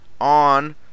on